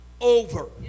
over